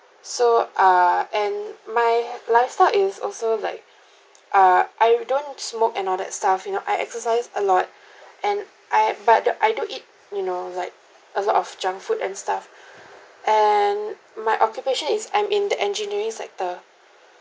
so err and my lifestyle is also like uh I don't smoke and all that stuff you know I exercise a lot and I but uh I do eat you know like a lot of junk food and stuff and my occupation is I'm in the engineering sector